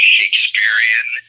Shakespearean